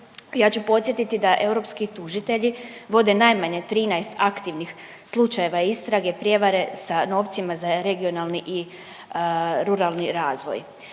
Ja ću podsjetiti da europski tužitelji vode najmanje 13 aktivnih slučajeva istrage prijevare sa novcima za regionalni i ruralni razvoj.